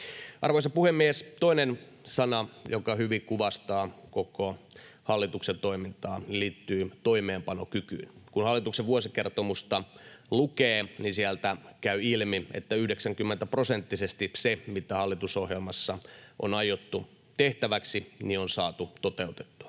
Arvoisa puhemies! Toinen sana, joka hyvin kuvastaa koko hallituksen toimintaa, liittyy toimeenpanokykyyn. Kun hallituksen vuosikertomusta lukee, niin sieltä käy ilmi, että 90-prosenttisesti se, mitä hallitusohjelmassa on aiottu tehtäväksi, on saatu toteutettua.